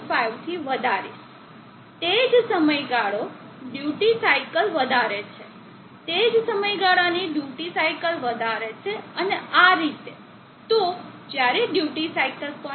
5 થી વધારીશ તે જ સમયગાળો ડ્યુટી સાઇકલ વધારે છે તે જ સમયગાળાની ડ્યુટી સાઇકલ વધારે છે અને આ રીતે તો જ્યારે ડ્યુટી સાઇકલ 0